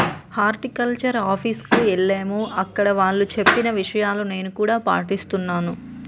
horticulture office కు ఎల్లాము అక్కడ వాళ్ళు చెప్పిన విషయాలు నేను కూడా పాటిస్తున్నాను